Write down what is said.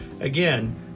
Again